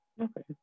Okay